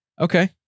Okay